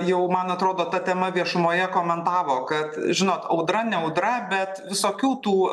jau man atrodo ta tema viešumoje komentavo kad žinot audra ne audra bet visokių tų